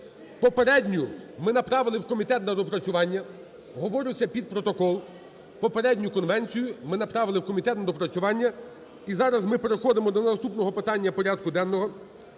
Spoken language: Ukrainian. Попередню ми направили в комітет на доопрацювання. Говорю це під протокол. Попередню конвенцію ми направили в комітет на доопрацювання. І зараз ми переходимо до наступного питання порядку денного.